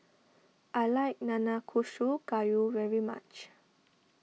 I like Nanakusa Gayu very much